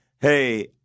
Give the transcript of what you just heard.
hey